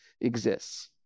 exists